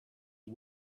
you